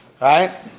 Right